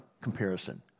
comparison